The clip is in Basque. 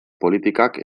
politikak